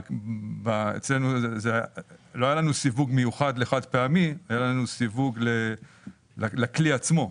לא היה לנו סיווג מיוחד לחד פעמי אלא היה לנו סיווג לכלי עצמו.